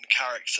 character